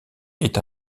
est